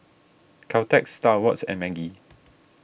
Caltex Star Awards and Maggi